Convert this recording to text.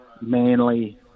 Manly